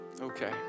okay